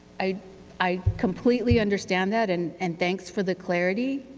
i i completely understand that, and and thanks for the clarity.